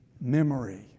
memory